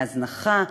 מהזנחה,